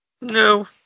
No